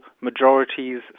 majorities